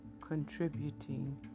Contributing